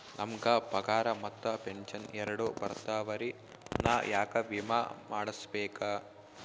ನಮ್ ಗ ಪಗಾರ ಮತ್ತ ಪೆಂಶನ್ ಎರಡೂ ಬರ್ತಾವರಿ, ನಾ ಯಾಕ ವಿಮಾ ಮಾಡಸ್ಬೇಕ?